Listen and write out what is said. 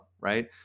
right